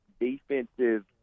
defensive